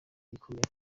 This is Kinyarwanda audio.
ikomera